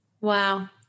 wow